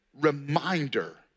reminder